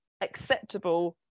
acceptable